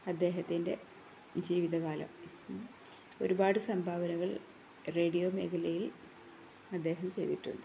അദ്ദേഹത്തിന്റെ ജീവിതകാലം ഒരുപാട് സംഭാവനകൾ റേഡിയോ മേഖലയിൽ അദ്ദേഹം ചെയ്തിട്ടുണ്ട്